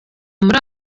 muri